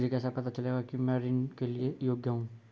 मुझे कैसे पता चलेगा कि मैं ऋण के लिए योग्य हूँ?